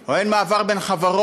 או אין מעבר בין חברות,